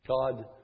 God